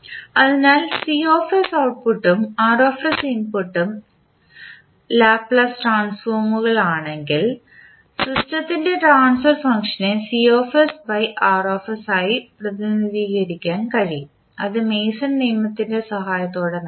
അതിനാൽ ഔട്ട്പുട്ടും input Laplace ട്രാൻസ്ഫോമുകൾ ആണെങ്കിൽ സിസ്റ്റത്തിൻറെ ട്രാൻസ്ഫർ ഫംഗ്ഷനെ ആയി പ്രതിനിധീകരിക്കാൻ കഴിയും അത് മേസൺ നിയമത്തിൻറെ സഹായത്തോടെ നൽകാം